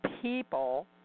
People